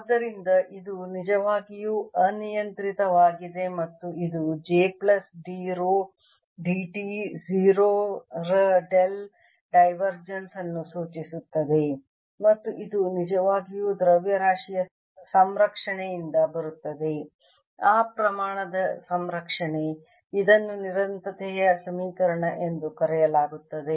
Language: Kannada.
ಆದ್ದರಿಂದ ಇದು ನಿಜವಾಗಿಯೂ ಅನಿಯಂತ್ರಿತವಾಗಿದೆ ಮತ್ತು ಇದು j plus d rho dt 0 ರ ಡೆಲ್ ಡೈವರ್ಜೆನ್ಸ್ ಅನ್ನು ಸೂಚಿಸುತ್ತದೆ ಮತ್ತು ಇದು ನಿಜವಾಗಿಯೂ ದ್ರವ್ಯರಾಶಿಯ ಸಂರಕ್ಷಣೆಯಿಂದ ಬರುತ್ತದೆ ಆ ಪ್ರಮಾಣದ ಸಂರಕ್ಷಣೆ ಇದನ್ನು ನಿರಂತರತೆಯ ಸಮೀಕರಣ ಎಂದು ಕರೆಯಲಾಗುತ್ತದೆ